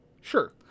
Sure